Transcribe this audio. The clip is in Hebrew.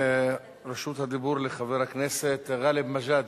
רשות הדיבור לחבר הכנסת גאלב מג'אדלה.